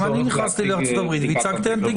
גם אני נכנסתי לארצות הברית והצגתי אנטיגן.